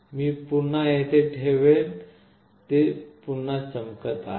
मी पुन्हा हे येथे ठेवेन ते पुन्हा चमकत आहे